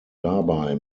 dabei